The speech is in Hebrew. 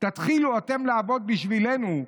/ תתחילו אתם לעבוד בשבילנו,